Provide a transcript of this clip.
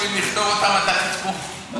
זאת תשובה לקזינו,